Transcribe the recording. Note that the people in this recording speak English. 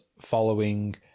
following